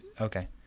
okay